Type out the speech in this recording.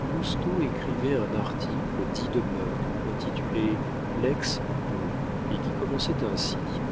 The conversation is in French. lousteau écrivait un article dit de mœurs intitulé lex beau et qui commençait ainsi